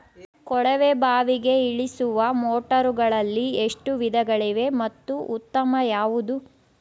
ಕೊಳವೆ ಬಾವಿಗೆ ಇಳಿಸುವ ಮೋಟಾರುಗಳಲ್ಲಿ ಎಷ್ಟು ವಿಧಗಳಿವೆ ಮತ್ತು ಉತ್ತಮ ಯಾವುದು?